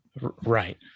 Right